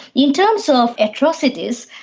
in terms of atrocities,